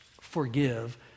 forgive